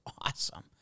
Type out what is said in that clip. awesome